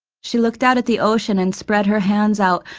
she looked out at the ocean and spread her hands out,